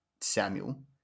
Samuel